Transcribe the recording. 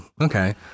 Okay